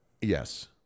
Yes